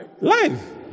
Life